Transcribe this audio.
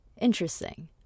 interesting